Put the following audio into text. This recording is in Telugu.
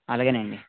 అలాగేనండి